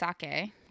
sake